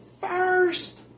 first